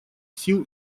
сил